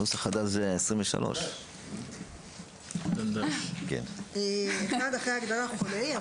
נוסח חדש זה 23'. תיקון פקודת הרופאים 17. בפקודת הרופאים ,